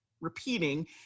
repeating